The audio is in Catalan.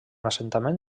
assentament